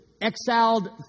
exiled